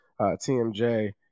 TMJ